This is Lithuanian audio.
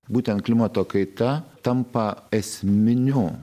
būtent klimato kaita tampa esminiu